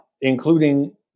including